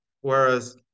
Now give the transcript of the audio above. whereas